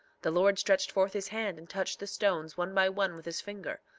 the lord stretched forth his hand and touched the stones one by one with his finger.